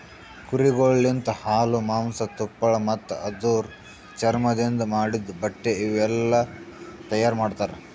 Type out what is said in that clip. ಕುರಿಗೊಳ್ ಲಿಂತ ಹಾಲು, ಮಾಂಸ, ತುಪ್ಪಳ ಮತ್ತ ಅದುರ್ ಚರ್ಮದಿಂದ್ ಮಾಡಿದ್ದ ಬಟ್ಟೆ ಇವುಯೆಲ್ಲ ತೈಯಾರ್ ಮಾಡ್ತರ